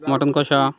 mutton কষা